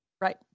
Right